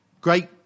great